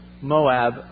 Moab